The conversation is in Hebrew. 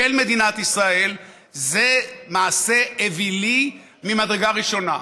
מדינת ישראל זה מעשה אווילי ממדרגה ראשונה.